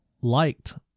liked